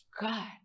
god